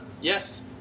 Yes